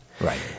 Right